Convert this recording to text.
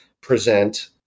present